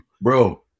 Bro